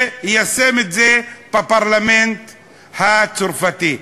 שיישם את זה בפרלמנט הצרפתי.